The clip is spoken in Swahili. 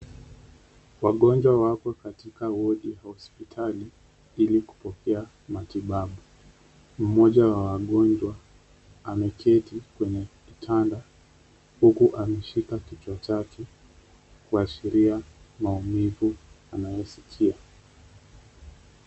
Wagonjwa wako katika wodi hospitali ili kupokea matibabu. Mmoja wa wagonjwa ameketi kwenye kitanda huku ameshika kichwa chake, kuashiria maumivu anayosikia.